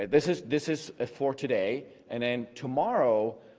this is this is for today, and then tomorrow,